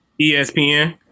ESPN